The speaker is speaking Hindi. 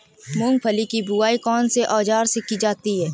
मूंगफली की बुआई कौनसे औज़ार से की जाती है?